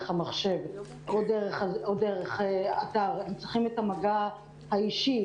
המחשב או דרך האתר והם צריכים את המגע האישי,